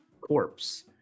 corpse